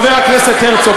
חבר הכנסת הרצוג,